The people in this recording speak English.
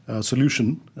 solution